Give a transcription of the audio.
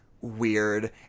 weird